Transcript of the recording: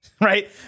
Right